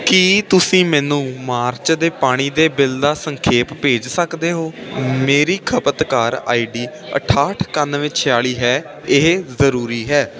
ਕੀ ਤੁਸੀਂ ਮੈਨੂੰ ਮਾਰਚ ਦੇ ਪਾਣੀ ਦੇ ਬਿੱਲ ਦਾ ਸੰਖੇਪ ਭੇਜ ਸਕਦੇ ਹੋ ਮੇਰੀ ਖਪਤਕਾਰ ਆਈ ਡੀ ਅਠਾਹਟ ਇਕਾਨਵੇਂ ਛਿਆਲੀ ਹੈ ਇਹ ਜ਼ਰੂਰੀ ਹੈ